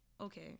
okay